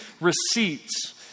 receipts